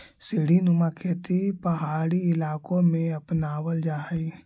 सीढ़ीनुमा खेती पहाड़ी इलाकों में अपनावल जा हई